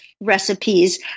recipes